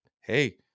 hey